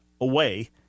away